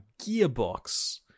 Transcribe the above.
Gearbox